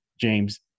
James